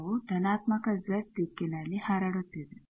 ತರಂಗವು ಧನಾತ್ಮಕ ಜೆಡ್ ದಿಕ್ಕಿನಲ್ಲಿ ಹರಡುತ್ತಿದೆ